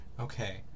Okay